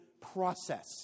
process